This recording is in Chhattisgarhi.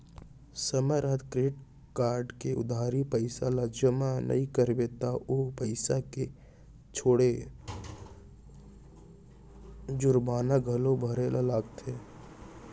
समे रहत क्रेडिट कारड के उधारी पइसा ल जमा नइ करबे त ओ पइसा के छोड़े जुरबाना घलौ भरे ल परथे